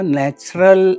natural